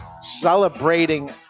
celebrating